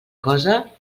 cosa